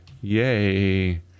Yay